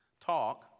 talk